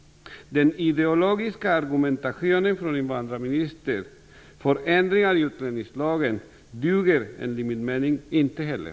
Invandrarministerns ideologiska argumentation för ändringar i utlänningslagen duger enligt min mening inte heller.